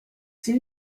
soon